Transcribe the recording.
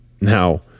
Now